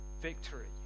victory